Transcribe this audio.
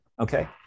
okay